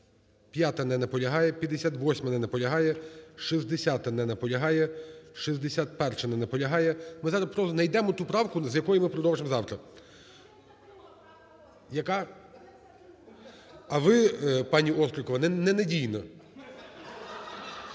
55-а. Не наполягає. 58-а. Не наполягає. 60-а. Не наполягає. 61-а. Не наполягає. Ми зараз просто знайдемо ту правку, з якої ми продовжимо завтра. Яка? А ви, пані Острікова, не надійно.